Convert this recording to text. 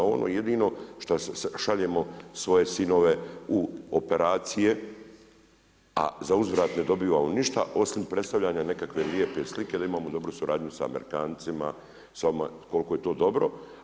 Ono jedino šta šaljemo svoje sinove u operacije, a zauzvrat ne dobivamo ništa osim predstavljanja nekakve lijepe slike, da imamo dobru suradnju sa Amerikancima, samo koliko je to dobro.